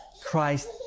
christ